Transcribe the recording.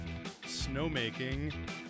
snowmaking